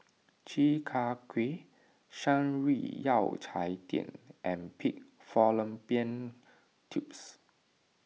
Chi Kak Kuih Shan Rui Yao Cai Tang and Pig Fallopian Tubes